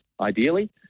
ideally